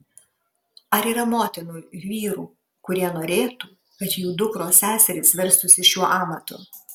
ar yra motinų vyrų kurie norėtų kad jų dukros seserys verstųsi šiuo amatu